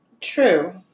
True